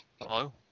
Hello